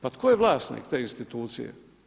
Pa tko je vlasnik te institucije?